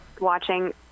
watching